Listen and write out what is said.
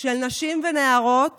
של נשים ונערות